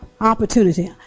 Opportunity